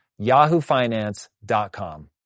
yahoofinance.com